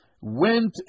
went